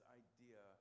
idea